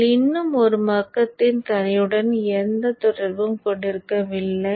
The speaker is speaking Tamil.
நீங்கள் இன்னும் மறுபக்கத்தின் தரையுடன் எந்த தொடர்பும் கொண்டிருக்க இல்லை